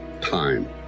time